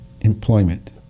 employment